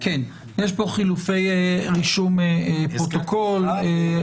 חשוב לנו להשלים את הסבב בתור של החברה האזרחית.